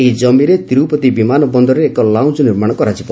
ଏହି ଜମିରେ ତିରୁପତି ବିମାନ ବନ୍ଦରଠାରେ ଏକ ଲାଉଞ୍ଜ୍ ନିର୍ମାଣ କରାଯିବ